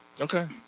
Okay